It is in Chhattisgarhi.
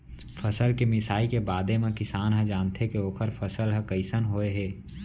फसल के मिसाई के बादे म किसान ह जानथे के ओखर फसल ह कइसन होय हे